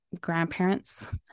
grandparents